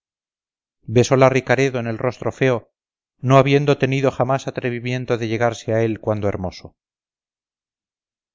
esclava besóla ricaredo en el rostro feo no habiendo tenido jamás atrevimiento de llegarse a él cuando hermoso